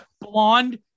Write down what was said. blonde